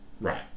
Right